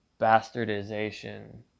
bastardization